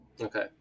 Okay